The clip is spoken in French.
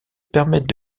permettent